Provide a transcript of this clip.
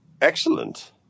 Excellent